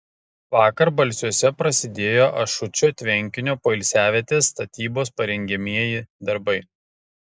vakar balsiuose prasidėjo ašučio tvenkinio poilsiavietės statybos parengiamieji darbai